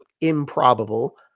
improbable